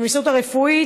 עם ההסתדרות הרפואית,